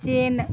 ଚୀନ